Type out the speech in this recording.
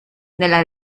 nella